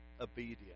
obedience